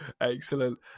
excellent